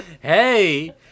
hey